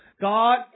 God